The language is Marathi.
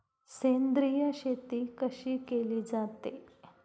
सेंद्रिय शेती कशी केली जाते?